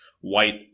white